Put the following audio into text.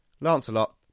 Lancelot